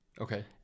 Okay